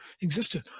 existed